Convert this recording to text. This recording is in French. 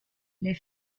les